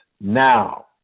now